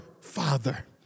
Father